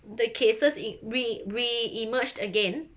the cases it re~ reemerged again